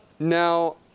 Now